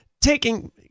taking